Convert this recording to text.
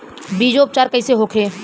बीजो उपचार कईसे होखे?